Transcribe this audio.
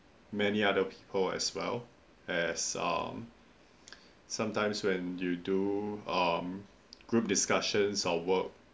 many other people as well as err sometimes when you do hmm group discussion or work